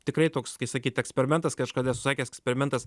tikrai toks kai sakyt eksperimentas kažkada esu sakęs eksperimentas